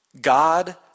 God